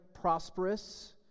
prosperous